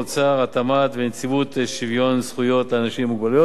האוצר והתמ"ת ונציבות שוויון זכויות לאנשים עם מוגבלות.